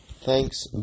Thanks